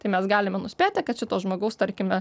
tai mes galime nuspėti kad šito žmogaus tarkime